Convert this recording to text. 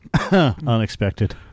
Unexpected